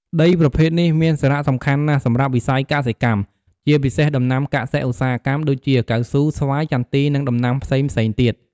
ដីប្រភេទនេះមានសារៈសំខាន់ណាស់សម្រាប់វិស័យកសិកម្ម ជាពិសេសដំណាំកសិ-ឧស្សាហកម្មដូចជា កៅស៊ូ ស្វាយចន្ទី និងដំណាំផ្សេងៗទៀត។